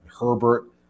Herbert